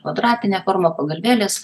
kvadratine forma pagalvėles